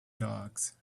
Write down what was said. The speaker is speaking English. dogs